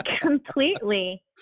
Completely